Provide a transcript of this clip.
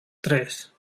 tres